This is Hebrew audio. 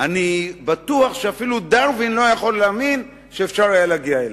אני בטוח שאפילו דרווין לא יכול היה להאמין שאפשר להגיע אליו.